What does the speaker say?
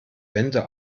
wände